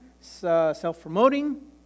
self-promoting